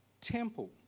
temple